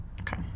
Okay